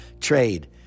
trade